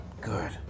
Good